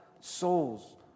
souls